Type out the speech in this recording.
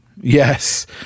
Yes